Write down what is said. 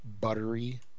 buttery